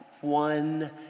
one